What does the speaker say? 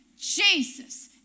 Jesus